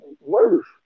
worse